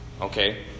Okay